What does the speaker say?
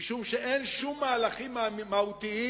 משום שאין שום מהלכים מהותיים